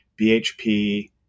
BHP